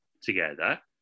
together